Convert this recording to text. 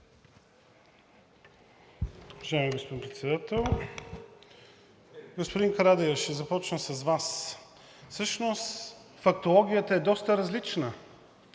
Уважаеми господин Председател. Господин Карадайъ, ще започна с Вас. Всъщност фактологията е доста различна.